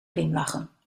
glimlachen